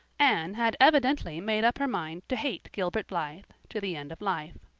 anne had evidently made up her mind to hate gilbert blythe to the end of life.